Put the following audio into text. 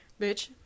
bitch